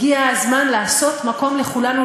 הגיע הזמן לעשות מקום לכולנו,